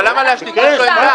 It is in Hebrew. אבל למה להשתיק אותו?